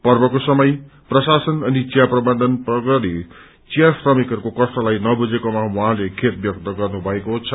पर्वको समय प्रशासन अनि चिया प्रबन्धनवर्गते चिया श्रमिकहरूको कष्टलाई नवुझेकोमा उहाँले खेद व्यक्त गर्नुभएको छ